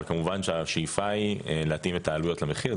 אבל כמובן שהשאיפה היא להתאים את העלויות למחיר,